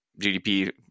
gdp